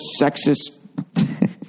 sexist